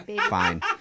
fine